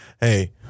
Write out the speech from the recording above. hey